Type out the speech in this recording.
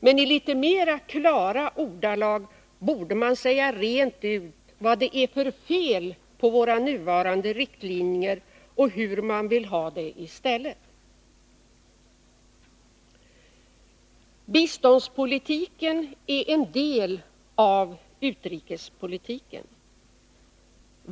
Men i litet mer klara ordalag borde man säga rent ut vad det är för fel på våra nuvarande riktlinjer och hur man vill ha det i stället. Biståndspolitiken är en del av utrikespolitiken.